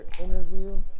interview